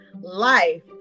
life